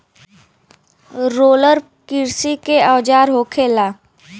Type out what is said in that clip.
roller किरसी के औजार होखेला